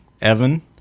Evan